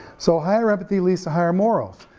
so higher empathy leads to higher morals.